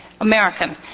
American